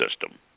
system